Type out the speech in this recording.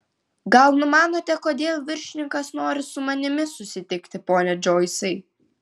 gal numanote kodėl viršininkas nori su manimi susitikti pone džoisai